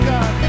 God